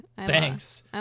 Thanks